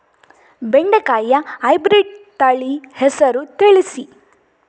ಬೆಂಡೆಕಾಯಿಯ ಹೈಬ್ರಿಡ್ ತಳಿ ಹೆಸರು ತಿಳಿಸಿ?